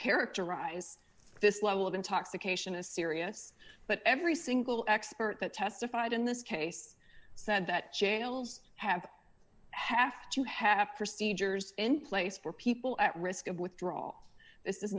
characterize this level of intoxication is serious but every single expert that testified in this case said that jails have have to have procedures in place for people at risk of withdrawal this is